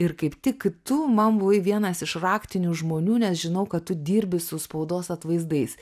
ir kaip tik tu man buvai vienas iš raktinių žmonių nes žinau kad tu dirbi su spaudos atvaizdais